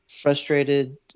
Frustrated